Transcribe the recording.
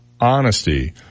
Honesty